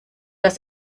das